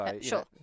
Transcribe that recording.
Sure